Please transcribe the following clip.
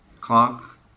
clock